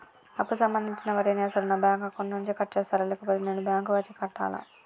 అప్పు సంబంధించిన వడ్డీని అసలు నా బ్యాంక్ అకౌంట్ నుంచి కట్ చేస్తారా లేకపోతే నేను బ్యాంకు వచ్చి కట్టాలా?